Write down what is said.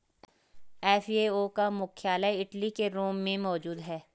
FAO का मुख्यालय Italy के रोम में मौजूद है